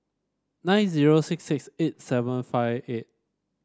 nine zero six six eight seven five eight